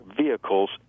vehicles